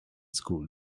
school